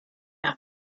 out